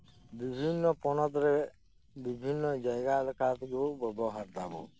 ᱵᱤᱵᱷᱤᱱᱱᱚ ᱯᱚᱱᱚᱛ ᱨᱮ ᱵᱤᱵᱷᱤᱱᱱᱚ ᱡᱟᱭᱜᱟ ᱞᱮᱠᱟ ᱛᱮᱜᱤᱵᱚᱱ ᱵᱮᱵᱷᱟᱨᱮᱫᱟ ᱵᱚᱱ